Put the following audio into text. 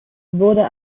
wurde